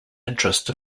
interest